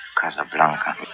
Casablanca